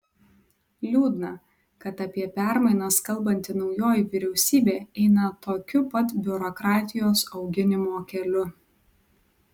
liūdna kad apie permainas kalbanti naujoji vyriausybė eina tokiu pat biurokratijos auginimo keliu